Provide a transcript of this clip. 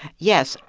yes.